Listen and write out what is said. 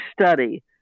study